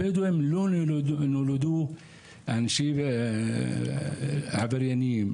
הבדואים לא נולדו אנשים עבריינים,